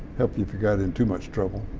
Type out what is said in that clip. help you know got in too much trouble.